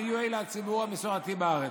יהיה הציבור המסורתי בארץ.